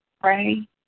pray